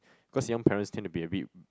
cause young parents tend to be a bit